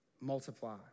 Multiply